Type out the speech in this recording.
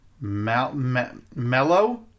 Mellow